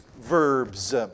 verbs